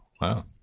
Wow